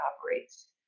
operates